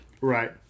Right